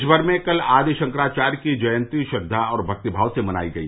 देशभर में कल आदि शंकराचार्य की जयन्ती श्रद्वा और भक्तिभाव से मनाई गई